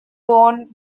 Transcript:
worn